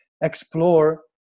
Explore